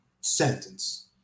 sentence